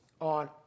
on